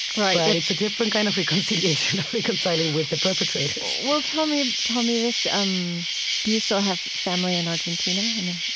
right but it's a different kind of reconciliation of reconciling with the perpetrators well, tell me tell me this. um do you still have family in argentina? i'm